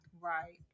Right